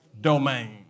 domain